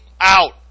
out